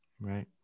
Right